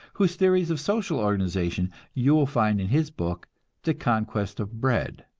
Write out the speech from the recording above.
whose theories of social organization you will find in his book the conquest of bread.